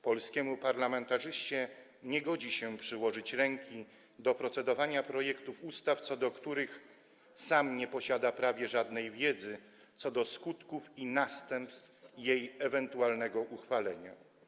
Polskiemu parlamentarzyście nie godzi się przyłożyć ręki do procedowania nad projektami ustaw, co do których sam nie posiada prawie żadnej wiedzy na temat skutków i następstw ich ewentualnego uchwalenia.